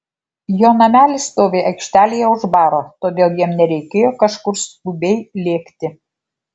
jo namelis stovi aikštelėje už baro todėl jam nereikėjo kažkur skubiai lėkti